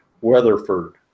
Weatherford